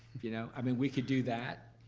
you know, i mean, we could do that.